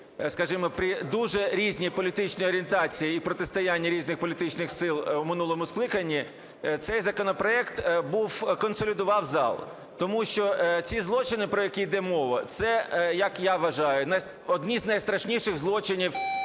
скажімо, при дуже різній політичній орієнтації і протистоянні різних політичних сил в минулому скликанні цей законопроект був консолідував зал. Тому що ці злочини, про які йде мова, – це, як я вважаю, одні з найстрашніших злочинів